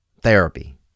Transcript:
therapy